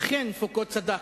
אכן, פוקו צדק,